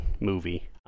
movie